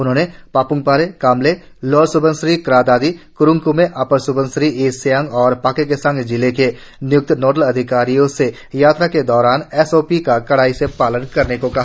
उन्होंने Papum Pare Kamle lower Subansiri Kra Daadi Kurung Kumey upper Subansiri east Kameng और पक्के केसांग जिलों के निय्क्त नोडल अधिकारियों से यात्रा के दौरान एसओपी का कड़ाई से पालन करने कहा